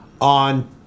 on